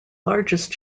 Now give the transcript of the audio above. largest